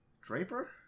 Draper